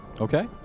Okay